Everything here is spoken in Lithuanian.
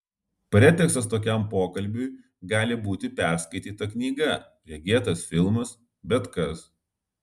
pretekstas tokiam pokalbiui gali būti perskaityta knyga regėtas filmas bet kas